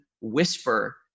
whisper